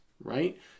right